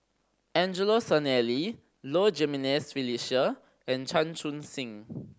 Angelo Sanelli Low Jimenez Felicia and Chan Chun Sing